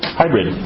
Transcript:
hybrid